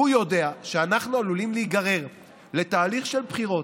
והוא יודע שאנחנו עלולים להיגרר לתהליך של בחירות